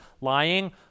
lying